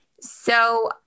So-